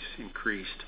increased –